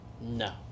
No